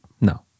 No